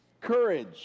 Courage